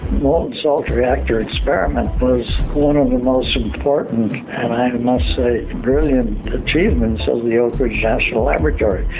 molten-salt reactor experiment was one of the most important, and i must say, brilliant achievements of the oak ridge national laboratory.